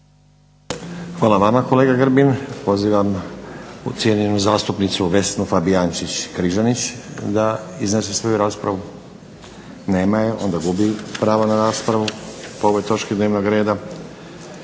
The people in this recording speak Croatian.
Hvala vama kolega Grbin. Pozivam cijenjenu zastupnicu Vesnu Fabijančić-Križanić da iznese svoju raspravu. Nema je, onda gubi pravo na raspravu po ovoj točki dnevnog reda.